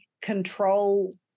control